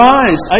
eyes